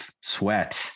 sweat